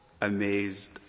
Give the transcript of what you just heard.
amazed